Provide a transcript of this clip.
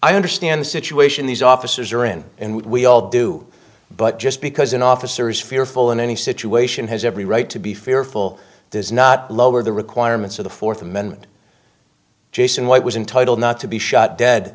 i understand the situation these officers are in and we all do but just because an officer is fearful in any situation has every right to be fearful does not lower the requirements of the fourth amendment jason white was in total not to be shot dead